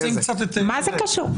מה זה קשור?